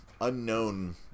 unknown